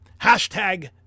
Hashtag